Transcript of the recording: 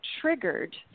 triggered